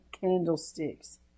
candlesticks